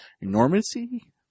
Enormity